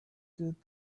did